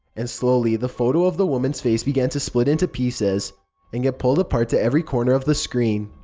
and slowly, the photo of the woman's face began to split into pieces and get pulled apart to every corner of the screen.